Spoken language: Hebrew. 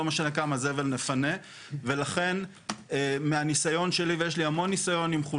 מכניסה אותו לביוב ולכן לרוב לא רואים את החול